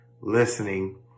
listening